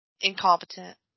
incompetent